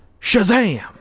Shazam